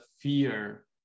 fear